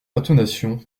intonation